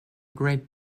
great